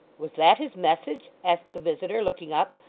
was that his message asked the visitor, looking up,